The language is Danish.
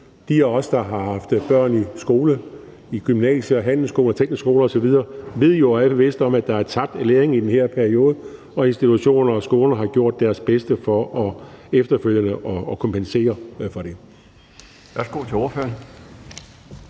De af os, der har haft børn i skolen, i gymnasiet, på handelsskole, på teknisk skole osv., ved jo og er bevidste om, at der er tabt læring i den her periode, og institutioner og skoler har gjort deres bedste for efterfølgende at kompensere for det.